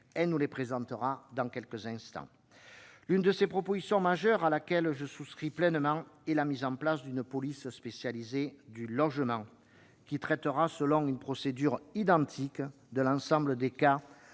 celle-ci nous présentera dans quelques instants. L'une des dispositions que j'approuve pleinement est la mise en place d'une police spéciale du logement qui traitera, selon une procédure identique, l'ensemble des cas